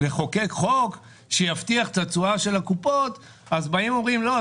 לחוקק חוק שיבטיח את התשואה של הקופות אז באים ואומרים: לא,